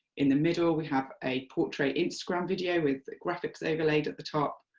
in the middle we have a portrait instagram video with graphics overlaid at the top,